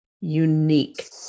unique